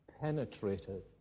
penetrated